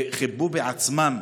כיבו בעצמם